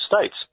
States